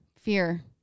fear